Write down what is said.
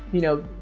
you know,